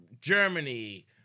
Germany